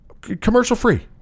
Commercial-free